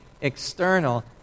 external